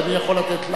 אדוני יכול לתת "לייק".